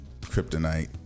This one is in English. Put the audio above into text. kryptonite